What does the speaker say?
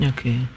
Okay